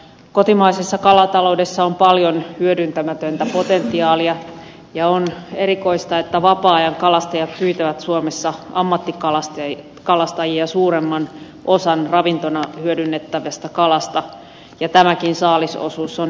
kotimaisessa kalataloudessa on paljon hyödyntämätöntä potentiaalia ja on erikoista että vapaa ajankalastajat pyytävät suomessa ammattikalastajia suuremman osan ravintona hyödynnettävästä kalasta ja tämäkin saalisosuus on pienenemässä